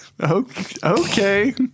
Okay